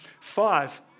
five